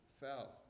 fell